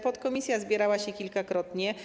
Podkomisja zbierała się kilkakrotnie.